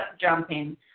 jumping